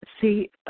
see